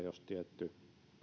jos tietty